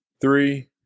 three